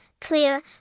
clear